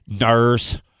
nurse